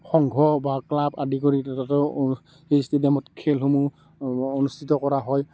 সংঘ বা ক্লাব আদি কৰি তাতে সেই ষ্টেডিয়ামত খেলসমূহ অনুস্থিত কৰা হয়